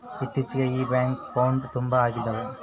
ಇತ್ತೀಚಿಗೆ ಈ ಬ್ಯಾಂಕ್ ಫ್ರೌಡ್ಗಳು ತುಂಬಾ ಅಗ್ತಿದವೆ